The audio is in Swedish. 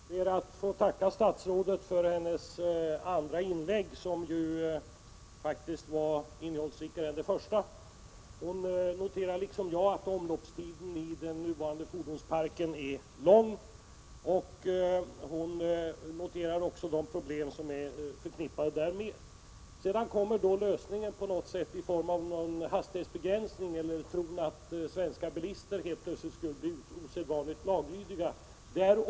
Herr talman! Jag ber att få tacka statsrådet för hennes andra inlägg, som faktiskt var innehållsrikare än det första. Hon konstaterar liksom jag att omloppstiden i den nuvarande fordonsparken är lång, och hon noterar också de problem som är förknippade därmed. Som lösning anvisas sedan någon form av hastighetsbegränsning eller tanken att svenska bilister helt plötsligt skulle bli osedvanligt laglydiga.